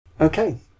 Okay